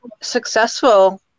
successful